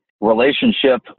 relationship